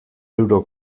euro